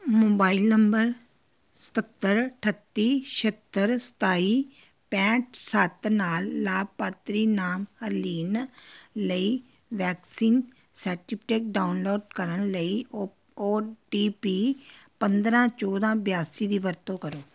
mobile number ਸਤੱਤਰ ਅਠੱਤੀ ਛਿਹੱਤਰ ਸਤਾਈ ਪੈਂਹਠ ਸੱਤ ਨਾਲ ਲਾਭਪਾਤਰੀ ਨਾਮ ਹਰਲੀਨ ਲਈ ਵੈਕਸੀਨ ਸਰਟੀਫਿਟੇਟ ਡਾਊਨਲੋਡ ਕਰਨ ਲਈ ਓ ਓ ਟੀ ਪੀ ਪੰਦਰਾਂ ਚੌਦਾਂ ਬਿਆਸੀ ਦੀ ਵਰਤੋਂ ਕਰੋ